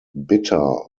bitter